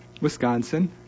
Wisconsin